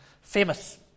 famous